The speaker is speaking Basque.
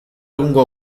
egungo